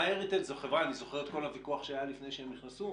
MyHeritage זו חברה אני זוכר את כל הוויכוח שהיה לפני שהם נכנסו